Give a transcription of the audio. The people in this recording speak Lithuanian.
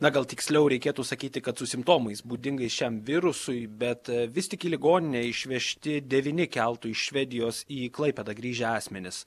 na gal tiksliau reikėtų sakyti kad su simptomais būdingais šiam virusui bet vis tik į ligoninę išvežti devyni keltu iš švedijos į klaipėdą grįžę asmenys